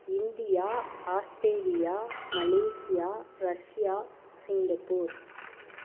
India Australia Malaysia Russia Singapore